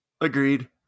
Agreed